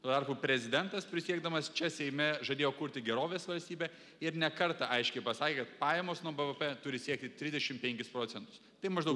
tuo tarpu prezidentas prisiekdamas čia seime žadėjo kurti gerovės valstybę ir ne kartą aiškiai pasakė kad pajamos nuo bvp turi siekti trisdešim penkis procentus tai maždaug